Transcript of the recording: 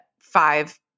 five